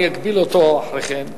אני אגביל אותו אחרי כן,